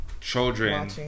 children